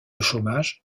chômage